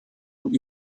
und